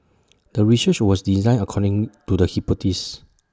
the research was designed according to the hypothesis